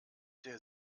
der